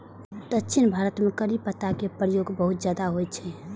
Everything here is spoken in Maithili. दक्षिण भारत मे करी पत्ता के प्रयोग बहुत ज्यादा होइ छै